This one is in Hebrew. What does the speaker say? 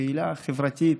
פעילה חברתית,